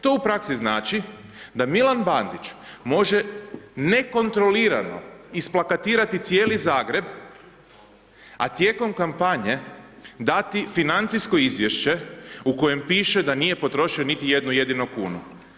To u praksi znači, da Milan Bandić, može nekontrolirati isplakatirati cijeli Zagreb, a tijekom kampanje, dati financijsko izvješće, u kojem piše, da nije potroši niti jednu jedinu kunu.